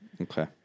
Okay